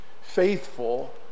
faithful